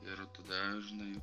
ir tada žinai